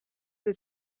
het